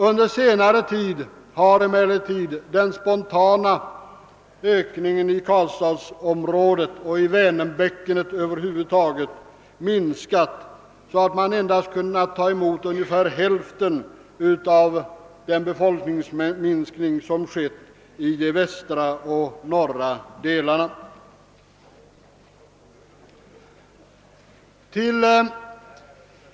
Under senare tid har emellertid den spontana ökningen i Karlstadsområdet och i Vänerbäckenet över huvud taget minskat så att man endast kunnat ta emot ungefär hälften av dem, som flyttat från de västra och norra delarna.